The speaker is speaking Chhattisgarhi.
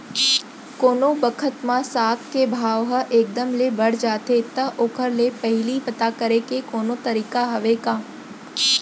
कोनो बखत म साग के भाव ह एक दम ले बढ़ जाथे त ओखर ले पहिली पता करे के कोनो तरीका हवय का?